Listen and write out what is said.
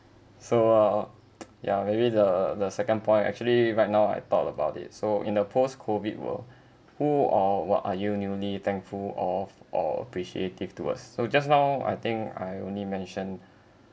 so uh ya maybe the the second point actually right now I thought about it so in the post COVID world who or what are you newly thankful of or appreciative towards so just now I think I only mentioned